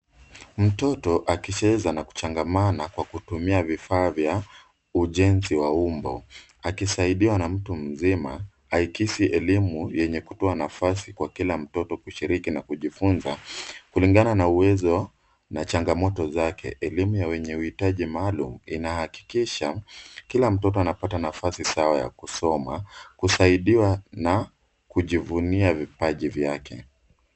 Mtoto akicheza na kuchangamana kwa kutumia vifaa vya ujenzi wa umbo, akisaidiwa na mtu mzima aikisi elimu yenye kutoa nafasi kwa kila mtoto kushiriki na kujifunza kulingana na uwezo na changamoto zake. Elimu ya wenye uhitaji maalum inahakikisha kila mtoto anapata nafasi sawa ya kusoma, kusaidiwa na kujivunia vipaji vyake.